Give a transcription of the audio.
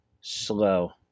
slow